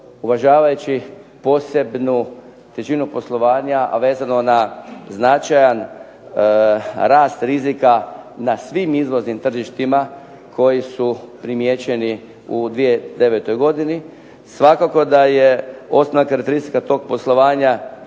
uvažavajući posebnu težinu poslovanja, a vezano na značajan rast rizika na svim izvoznim tržištima koji su primijećeni u 2009. godini. Svakako da je osnovna karakteristika tog poslovanja